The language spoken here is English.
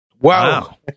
Wow